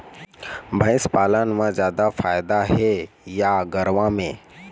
भंइस पालन म जादा फायदा हे या गरवा में?